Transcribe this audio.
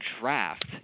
draft